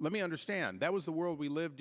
let me understand that was the world we lived